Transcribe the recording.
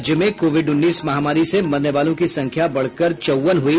राज्य में कोविड उन्नीस महामारी से मरने वालों की संख्या बढ़कर चौवन हुई